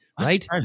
Right